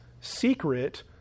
secret